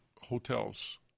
hotels